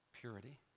purity